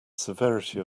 severity